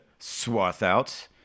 Swathout